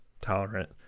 tolerant